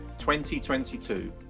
2022